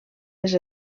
les